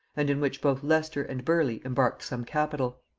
and in which both leicester and burleigh embarked some capital.